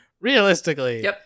realistically